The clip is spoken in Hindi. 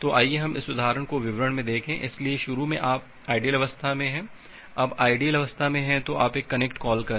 तो आइए हम इस उदाहरण को विवरण में देखें इसलिए शुरू में आप आइडियल अवस्था में हैं अब आइडियल अवस्था में हैं तो आप एक कनेक्ट कॉल करें